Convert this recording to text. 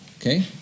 Okay